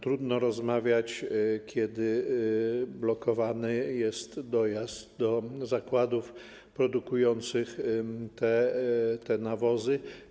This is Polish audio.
Trudno rozmawiać, kiedy blokowany jest dojazd do zakładów produkujących te nawozy.